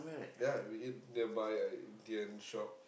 ya we ate nearby a Indian shop